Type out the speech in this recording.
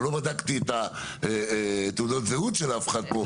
אבל לא בדקתי את תעודות הזהות של אף אחד פה.